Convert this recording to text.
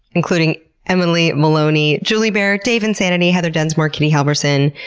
including emily maloney, juliebear, dave insanity, heather densmore, kitti halverson,